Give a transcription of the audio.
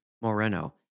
Moreno